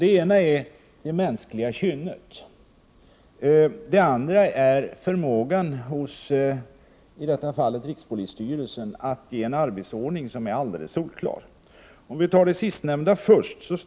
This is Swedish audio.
Det ena är det mänskliga kynnet, och det andra är rikspolisstyrelsens förmåga att utfärda en arbetsordning som är alldeles solklar. Låt mig ta upp det sistnämnda först.